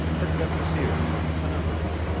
pricked up his ears at the sound of it.